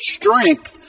strength